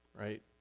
right